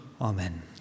Amen